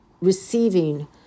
receiving